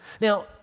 Now